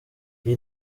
iyi